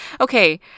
okay